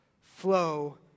flow